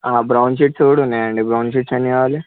brown sheets కూడా ఉన్నాయండి brown sheets ఎన్ని కావాలి